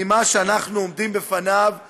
ממה שאנחנו עומדים בפניו ביום-יום,